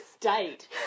state